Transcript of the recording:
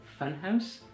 Funhouse